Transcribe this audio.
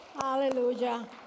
hallelujah